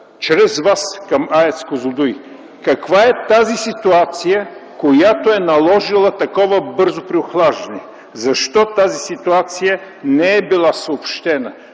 чрез Вас към АЕЦ „Козлодуй”: Каква е тази ситуация, която е наложила такова бързо преохлаждане? Защо тази ситуация не е била съобщена?